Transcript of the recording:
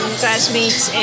classmates